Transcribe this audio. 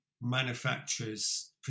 manufacturers